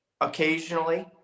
occasionally